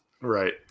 Right